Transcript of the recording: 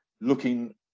looking